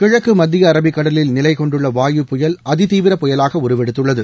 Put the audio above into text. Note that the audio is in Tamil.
கிழக்கு மத்திய அரபிக் கடலில் நிலைகொண்டுள்ள வாயு புயல் அதி தீவிர புயலாக உருவெடுத்துள்ளது